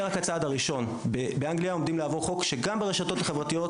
זאת לאור העובדה שתיקונים הגנת הפרטיות הקודמים ובפרט תיקון 14 לא צלחו.